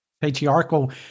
patriarchal